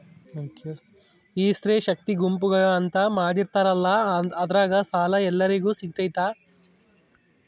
ಈ ಸ್ತ್ರೇ ಶಕ್ತಿ ಗುಂಪುಗಳು ಅಂತ ಮಾಡಿರ್ತಾರಂತಲ ಅದ್ರಾಗ ಸಾಲ ಎಲ್ಲರಿಗೂ ಸಿಗತೈತಾ?